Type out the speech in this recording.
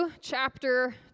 chapter